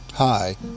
Hi